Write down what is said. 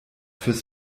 fürs